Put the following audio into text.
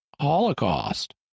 Holocaust